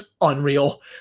unreal